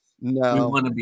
no